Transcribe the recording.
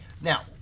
now